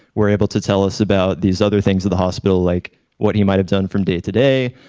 were able to tell us about these other things at the hospital, like what he might have done from day to day,